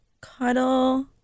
cuddle